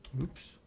Oops